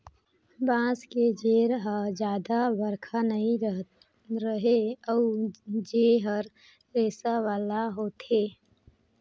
बांस के जेर हर जादा बड़रखा नइ रहें अउ जेर हर रेसा वाला होथे